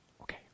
Okay